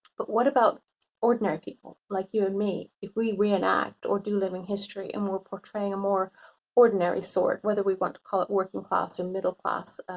but what about ordinary people like you and me, if we reenact or do live in history and we're portraying a more ordinary sword, whether we want to call it working class or middle class,